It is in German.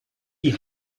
die